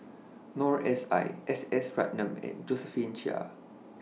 Noor S I S S Ratnam and Josephine Chia